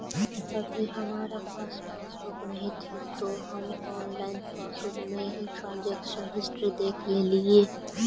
अभी हमारा पास पासबुक नहीं थी तो हम ऑनलाइन पासबुक में ही ट्रांजेक्शन हिस्ट्री देखलेलिये